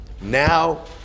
Now